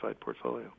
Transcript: portfolio